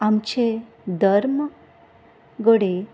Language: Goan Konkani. आमचे धर्म घडये